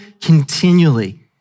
continually